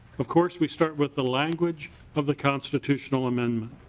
of course we start with the language of the constitutional amendment.